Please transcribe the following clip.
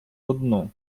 одну